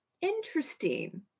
Interesting